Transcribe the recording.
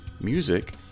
music